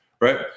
right